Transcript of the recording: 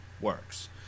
works